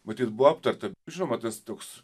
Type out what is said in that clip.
matyt buvo aptarta žinoma tas toks